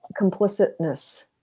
complicitness